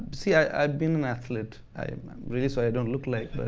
see, i've been an athlete. i realize i don't look like